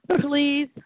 Please